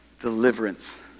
deliverance